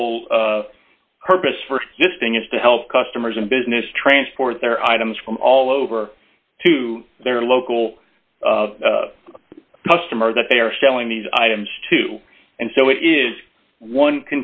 whole purpose for existing is to help customers in business transport their items from all over to their local customer that they are selling these items to and so it is one